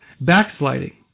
backsliding